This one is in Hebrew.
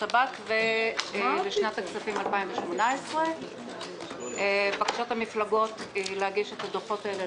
הבת בשנת הכספים 2018. בקשות המפלגות להגיש את הדוחות האלה